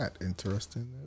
interesting